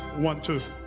want to